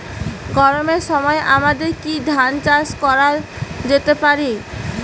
গরমের সময় আমাদের কি ধান চাষ করা যেতে পারি?